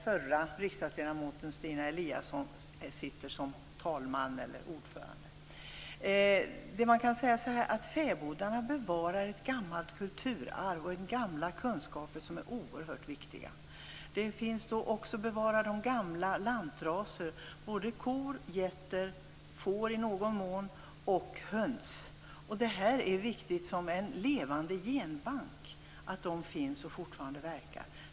Förre riksdagsledamoten Stina Eliasson sitter som talman, eller ordförande. Fäbodarna bevarar ett gammalt kulturarv och en gammal kunskap som är oerhört viktiga. De bevarar också gamla lantraser. Det gäller kor, getter, får i någon mån och höns. Det är viktigt för en levande genbank att de finns och fortfarande verkar.